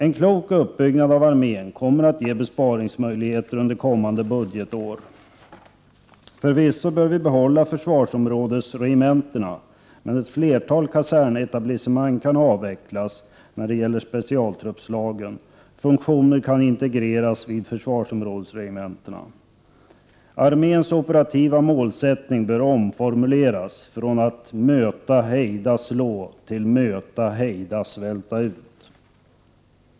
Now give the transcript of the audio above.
En klok uppbyggnad av armén kommer att ge besparingsmöjligheter under kommande budgetår. Förvisso bör vi behålla försvarsområdesregementena, men ett flertal kasernetablissemang kan avvecklas inom specialtruppslagen. Funktioner kan integreras inom försvarsområdesregementena. Arméns operativa målsättning bör omformuleras från ”möta, hejda, slå” till ”möta, hejda, svälta ut”.